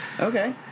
Okay